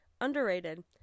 Underrated